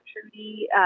Trudy